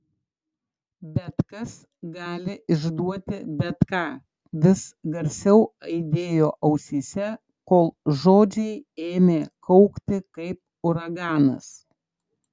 bet kas gali išduoti bet ką vis garsiau aidėjo ausyse kol žodžiai ėmė kaukti kaip uraganas